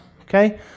Okay